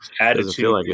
attitude